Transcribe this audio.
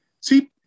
see